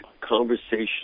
conversation